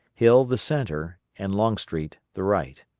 hill the centre, and longstreet the right.